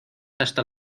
hasta